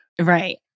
Right